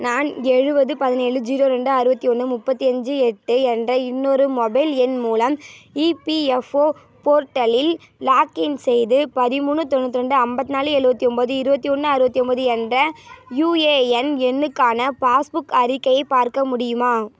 நான் எழுபது பதினேழு ஜீரோ ரெண்டு அறுபத்தி ஒன்று முப்பத்தி அஞ்சு எட்டு என்ற இன்னொரு மொபைல் எண் மூலம் இபிஎஃப்ஓ போர்ட்டலில் லாகின் போர்ட்டலில் செய்து பதிமூணு தொண்ணூற்றி ரெண்டு ஐம்பத்தி நாலு எழுபத்தி ஒம்பது இருபத்தி ஒன்று அறுவத்தி ஒம்பது என்ற யூஏஎன் எண்ணுக்கான பாஸ்புக் அறிக்கையை பார்க்க முடியுமா